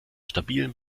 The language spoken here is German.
stabilen